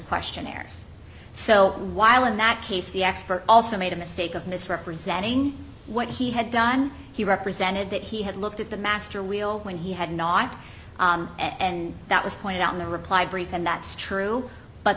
questionnaires so while in that case the expert also made a mistake of misrepresenting what he had done he represented that he had looked at the master wheel when he had not and that was pointed out in the reply brief and that's true but